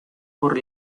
por